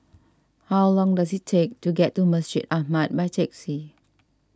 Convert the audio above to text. how long does it take to get to Masjid Ahmad by taxi